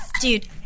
Dude